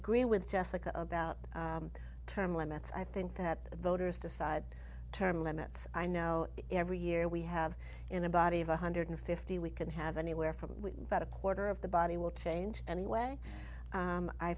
agree with jessica about term limits i think that voters decide term limits i know every year we have in a body of one hundred fifty we can have anywhere from about a quarter of the body will change anyway